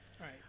Right